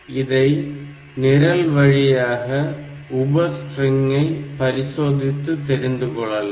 இதை நிரல் வழியாக உப ஸ்ட்ரிங்கை பரிசோதித்து தெரிந்து கொள்ளலாம்